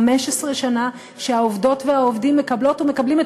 15 שנה שהעובדות והעובדים מקבלות ומקבלים את